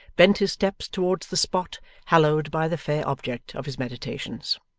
bent his steps towards the spot hallowed by the fair object of his meditations.